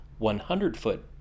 100-foot